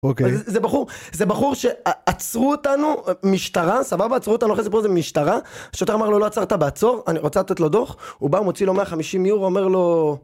אוקיי זה בחור זה בחור שעצרו אותנו משטרה סבבה עצרו אותנו אחרי הסיפור הזה משטרה השוטר אמר לו לא עצרת בעצור יעני רוצה לתת לו דוח הוא בא מוציא לו 150 יורו אומר לו.